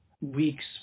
weeks